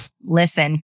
listen